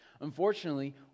Unfortunately